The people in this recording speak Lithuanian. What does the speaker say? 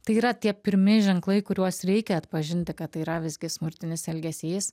tai yra tie pirmi ženklai kuriuos reikia atpažinti kad tai yra visgi smurtinis elgesys